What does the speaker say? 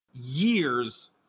years